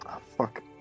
fuck